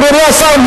אדוני השר,